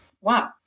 wow